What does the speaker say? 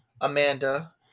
Amanda